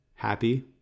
happy